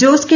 Jose K